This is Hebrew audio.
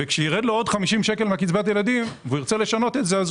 וכאשר ירד לו עוד 50 שקל מקצבת הילדים והוא ירצה לשנות את זה הוא